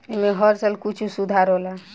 ऐमे हर साल कुछ सुधार होला